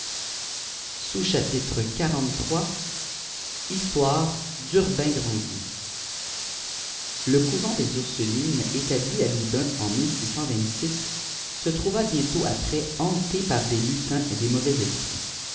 histoire d'urbain grandier le couvent des ursulines établi à loudun en se trouva bientôt après hanté par des lutins et dçs mauvais esprits